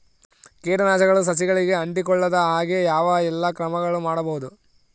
ಕೇಟನಾಶಕಗಳು ಸಸಿಗಳಿಗೆ ಅಂಟಿಕೊಳ್ಳದ ಹಾಗೆ ಯಾವ ಎಲ್ಲಾ ಕ್ರಮಗಳು ಮಾಡಬಹುದು?